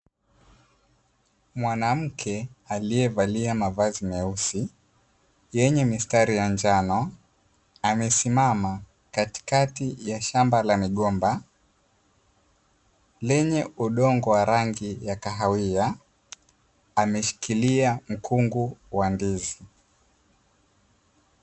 Mwanamke aliyevalia mavazi meusi yenye mistari ya njano, amesimama katikati ya shamba la migomba lenye udongo wa rangi ya kahawia. Ameshikilia mkungu wa ndizi.